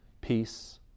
peace